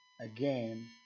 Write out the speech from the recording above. again